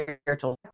spiritual